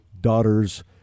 daughter's